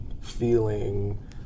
feeling